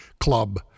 club